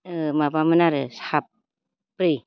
माबामोन आरो साब्रै